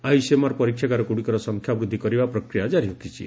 ICMR ପରୀକ୍ଷାଗାର ଗୁଡ଼ିକର ସଂଖ୍ୟା ବୃଦ୍ଧି କରିବା ପ୍ରକ୍ରିୟା ଜାରି ରଖିଛି